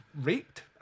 raped